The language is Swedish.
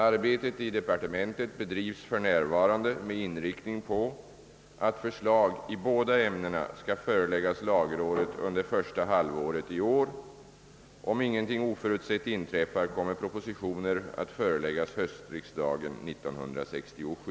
Arbetet i departementet bedrivs för närvarande med inriktning på att förslag i båda ämnena skall föreläggas lagrådet under första halvåret i år. Om ingenting oförutsett inträffar, kommer propositioner att föreläggas höstriksdagen 1967.